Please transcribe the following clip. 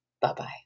Bye-bye